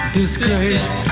disgrace